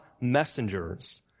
messengers